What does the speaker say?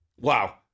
Wow